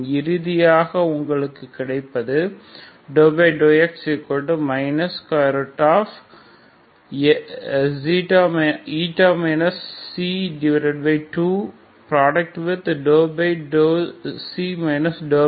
இறுதியாக உங்களுக்கு கிடைப்பது ∂x 2 2 dd